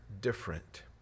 different